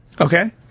Okay